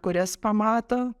kurias pamato